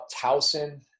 Towson